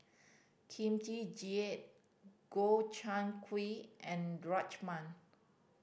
Kimchi Jjigae Gobchang Gui and Rajma